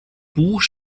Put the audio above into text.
buch